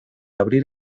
abrir